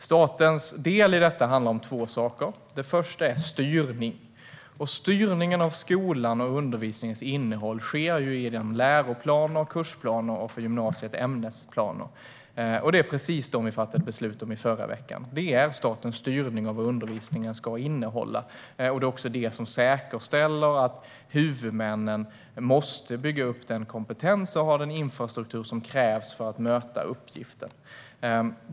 Statens del i detta handlar om två saker. Den första är styrning. Styrningen av skolan och av undervisningens innehåll sker genom läroplaner, kursplaner och - för gymnasiet - ämnesplaner. Det är precis dessa som vi fattade beslut om i förra veckan. Detta är statens styrning av vad undervisningen ska innehålla. Det är också detta som säkerställer att huvudmännen måste bygga upp den kompetens och ha den infrastruktur som krävs för att möta uppgiften.